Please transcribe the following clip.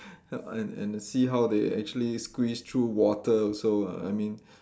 and and see how they actually squeeze through water also uh I mean